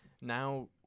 Now